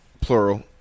plural